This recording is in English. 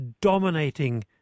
dominating